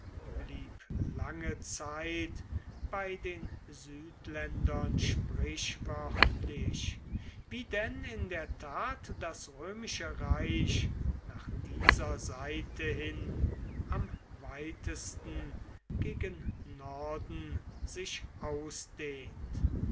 blieb lange zeit bei den südländern sprichwörtlich wie denn in der tat das römische reich nach dieser seite hin am weitesten gegen norden sich ausdehnt